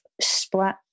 split